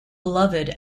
beloved